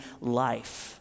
life